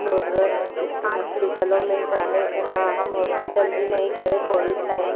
और हॉस्पिटलों में जाने हम हॉस्पिटल भी नहीं गए कोविड टाइम में